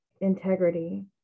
integrity